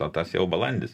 o tas jau balandis